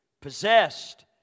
possessed